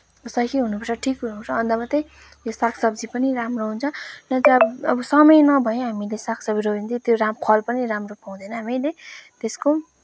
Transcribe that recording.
सही हुनुपर्छ ठिक हुनुहर्छ अन्त मात्रै यो सागसब्जी पनि राम्रो हुन्छ अब समय नभए हामीले सागसब्जी रोप्यो भने चाहिँ त्यो राम्रो फल पनि राम्रो पाउँदैन हामीले त्यसको